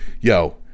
Yo